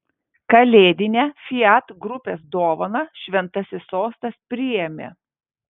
kalėdinę fiat grupės dovaną šventasis sostas priėmė